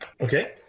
Okay